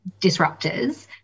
disruptors